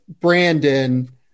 Brandon